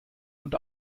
und